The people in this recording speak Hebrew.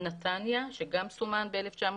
נתניה שגם סומן ב-1983,